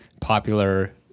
popular